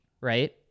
right